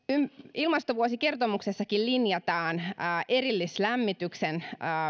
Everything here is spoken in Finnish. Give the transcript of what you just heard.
ilmastovuosikertomuksessakin linjataan erillislämmityksen